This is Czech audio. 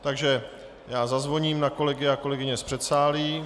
Takže já zazvoním na kolegy a kolegyně z předsálí.